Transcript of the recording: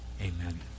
Amen